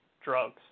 drugs